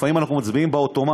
לפעמים אנחנו מצביעים באוטומט,